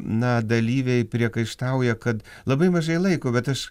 na dalyviai priekaištauja kad labai mažai laiko bet aš